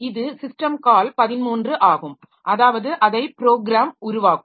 இது system call 13 ஆகும் அதாவது அதை ப்ரோக்ராம் உருவாக்கும்